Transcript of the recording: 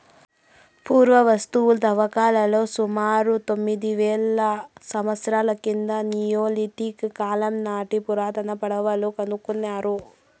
పురావస్తు త్రవ్వకాలలో సుమారు తొమ్మిది వేల సంవత్సరాల క్రితం నియోలిథిక్ కాలం నాటి పురాతన పడవలు కనుకొన్నారు